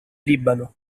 libano